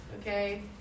okay